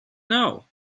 now